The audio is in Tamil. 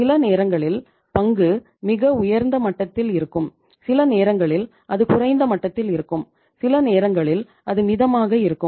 சில நேரங்களில் பங்கு மிக உயர்ந்த மட்டத்தில் இருக்கும் சில நேரங்களில் அது குறைந்த மட்டத்தில் இருக்கும் சில நேரங்களில் அது மிதமாக இருக்கும்